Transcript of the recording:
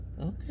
Okay